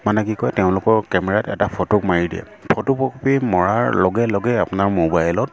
মানে কি কয় তেওঁলোকৰ কেমেৰাত এটা ফটো মাৰি দিয়ে ফটো কপি মৰাৰ লগে লগে আপোনাৰ মোবাইলত